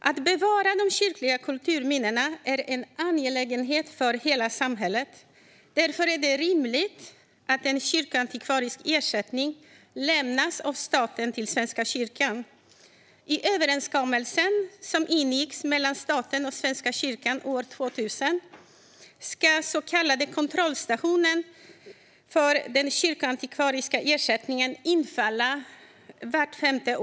Att bevara de kyrkliga kulturminnena är en angelägenhet för hela samhället. Därför är det rimligt att en kyrkoantikvarisk ersättning lämnas av staten till Svenska kyrkan. I överenskommelsen som ingicks mellan staten och Svenska kyrkan år 2000 ska så kallade kontrollstationer för den kyrkoantikvariska ersättningen infalla vart femte år.